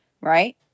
Right